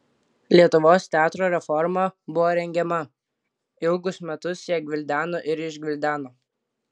lietuvos teatro reforma buvo rengiama ilgus metus ją gvildeno ir išgvildeno